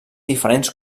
diferents